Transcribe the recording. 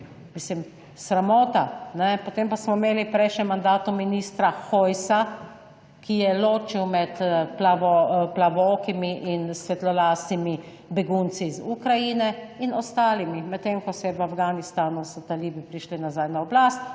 Mislim, sramota, ne? Potem pa smo imeli v prejšnjem mandatu ministra Hojsa, ki je ločil med plavo plavokimi in svetlolasimi begunci iz Ukrajine in ostalimi, medtem, ko so v Afganistanu so talibi prišli nazaj na oblast,